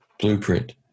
Blueprint